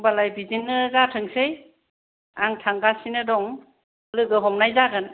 होनबालाय बिदिनो जाथोंसै आं थांगासिनो दं लोगो हमनाय जागोन